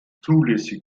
zulässig